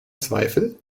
zweifel